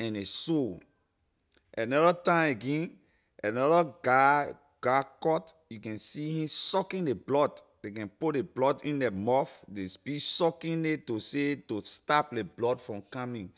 and ley sore another time again another guy got cut you can see he sucking ley blood ley can put ley blood in la mouth ley be sucking nay to say to stap ley blood from coming